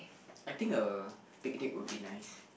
I think a big date would be nice